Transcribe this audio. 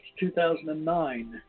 2009